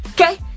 Okay